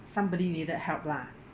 somebody needed help lah